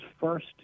first